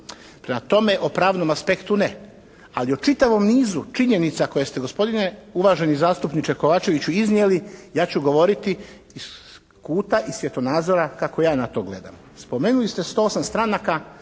Prema tome o pravnom aspektu ne. Ali o čitavom nizu činjenica koje ste gospodine uvaženi zastupniče Kovačeviću iznijeli ja ću govoriti iz kuta i svjetonazora kako ja na to gledam. Spomenuli ste 108 stranaka.